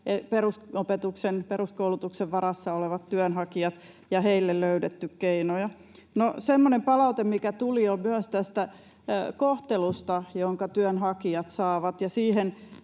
55-vuotiaat peruskoulutuksen varassa olevat työnhakijat, ja heille on löydetty keinoja. No, semmoinen palaute, mikä tuli, oli myös tästä kohtelusta, jonka työnhakijat saavat,